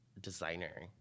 designer